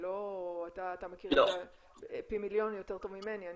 אתה מכיר אותה פי מיליון יותר טוב ממני,